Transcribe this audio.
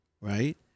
right